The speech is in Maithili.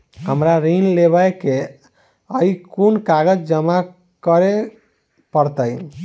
हमरा ऋण लेबै केँ अई केँ कुन कागज जमा करे पड़तै?